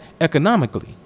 economically